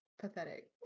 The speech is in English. pathetic